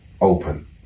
open